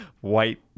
white